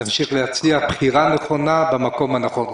תמשיך להצליח, בחירה נכונה במקום הנכון.